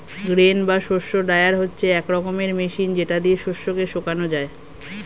grain বা শস্য dryer হচ্ছে এক রকমের মেশিন যেটা দিয়ে শস্য কে শোকানো যায়